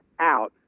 out